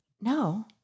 No